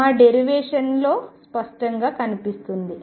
మా డెరివేషన్ లో స్పష్టంగా కనిపిస్తుంది